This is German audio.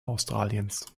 australiens